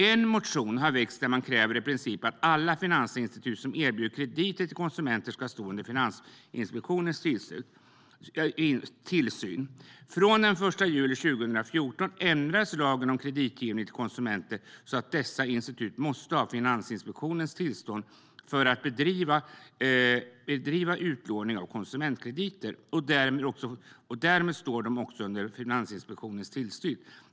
En motion har väckts i vilken man kräver att i princip alla finansinstitut som erbjuder krediter till konsumenter ska stå under Finansinspektionens tillsyn. Lagen om kreditgivning till konsumenter ändrades från den 1 juli 2014 så att dessa institut måste ha Finansinspektionens tillstånd för att bedriva utlåning av konsumentkrediter. Därmed står de också under Finansinspektionens tillsyn.